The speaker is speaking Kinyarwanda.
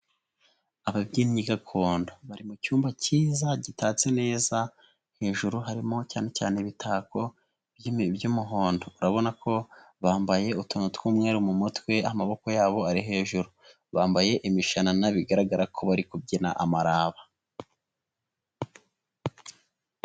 Ababyinnyi gakondo bari mu cyumba cyiza gitatse neza hejuru harimo cyane cyane ibitako by'umuhondo, urabona ko bambaye utuntu tw'umweru mu mutwe amaboko yabo ari hejuru. Bambaye imishanana bigaragara ko bari kubyina amaraba.